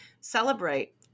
celebrate